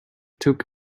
took